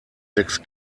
sechs